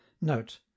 note